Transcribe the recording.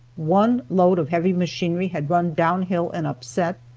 one load of heavy machinery had run down hill and upset,